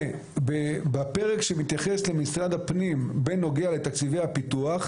בפרק שמתייחס למשרד הפנים בנוגע לתקציבי הפיתוח,